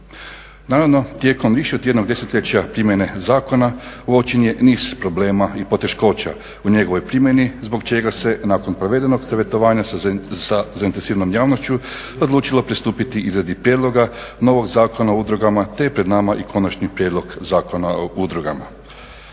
Naravno tijekom više od jednog desetljeća primjene zakona uočen je niz problema i poteškoća u njegovoj primjeni zbog čega se nakon provedenog savjetovanja sa zainteresiranom javnošću odlučilo pristupiti izradi prijedloga novog Zakona o udrugama, te je pred nama i Konačni prijedlog Zakona o udrugama.